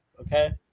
okay